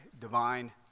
divine